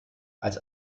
als